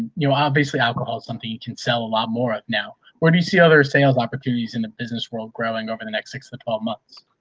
you know obviously, alcohol's something you can sell a lot more now, where do you see other sales opportunities in the business world growing over the next six to twelve months?